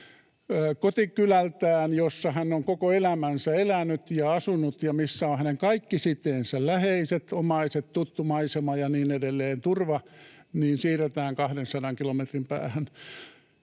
kotikylältään, jossa hän on koko elämänsä elänyt ja asunut ja jossa on hänen kaikki siteensä, läheiset, omaiset, tuttu maisema ja niin edelleen, turva, siirretään 200 kilometrin päähän,